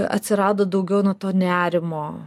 atsirado daugiau nu to nerimo